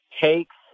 takes